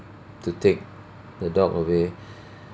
to take the dog away